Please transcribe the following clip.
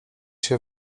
się